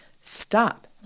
stop